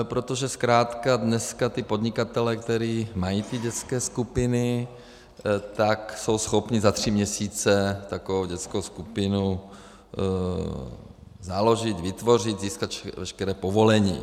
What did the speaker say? Protože zkrátka dneska ti podnikatelé, kteří mají ty dětské skupiny, tak jsou schopni za tři měsíce takovou dětskou skupinu založit, vytvořit, získat veškerá povolení.